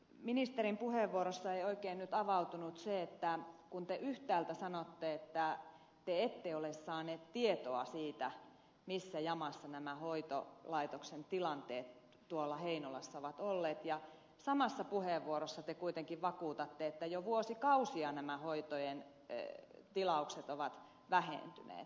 ministerin puheenvuorosta ei oikein nyt avautunut se että te yhtäältä sanotte että te ette ole saanut tietoa siitä missä jamassa nämä hoitolaitoksen tilanteet heinolassa ovat olleet ja samassa puheenvuorossa te kuitenkin vakuutatte että jo vuosikausia nämä hoitojen tilaukset ovat vähentyneet